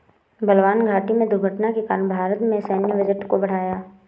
बलवान घाटी में दुर्घटना के कारण भारत के सैन्य बजट को बढ़ाया